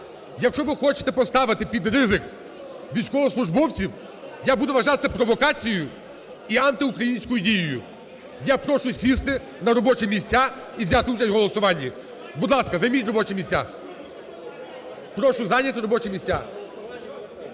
Якщо ви хочете поставити під ризик військовослужбовців, я буду вважати це провокацією і антиукраїнською дією. Я прошу сісти на робочі місця і взяти участь в голосуванні. Будь ласка, займіть робочі місця. Прошу зайняти робочі місця.